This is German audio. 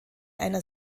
einer